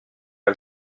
pas